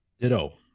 Ditto